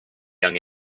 young